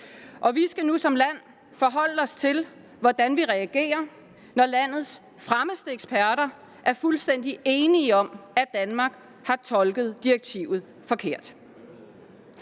og vi skal nu som land forholde os til, hvordan vi reagerer, når landets fremmeste eksperter er fuldstændig enige om, at Danmark har tolket direktivet forkert.